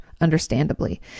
understandably